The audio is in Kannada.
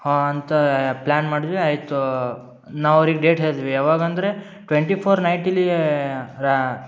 ಹಾಂ ಅಂತ ಪ್ಲ್ಯಾನ್ ಮಾಡ್ದ್ವಿ ಆಯಿತು ನಾವು ಅವ್ರಿಗೆ ಡೇಟ್ ಹೇಳ್ದ್ವಿ ಯಾವಾಗಂದರೆ ಟ್ವೆಂಟಿ ಫೋರ್ ನೈಟ್ ಇಲ್ಲಿಯೇ ರಾ